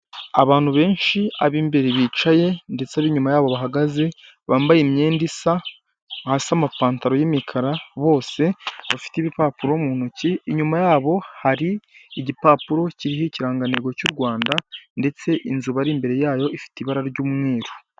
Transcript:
Aantu benshi ab'imbere bicaye ndetse ab'inyuma yabo bahagaze, bambaye imyenda isa hasi amapantaro y'imikara bose bafite impapuro mu ntoki, inyuma yabo hari igipapuro kiriho ikirangantego cy'u Rwanda ndetse inzu bari imbere yayo ifite ibara ry'umweruru.